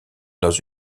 dans